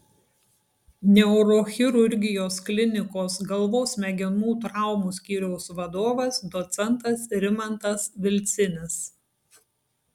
neurochirurgijos klinikos galvos smegenų traumų skyriaus vadovas docentas rimantas vilcinis